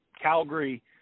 Calgary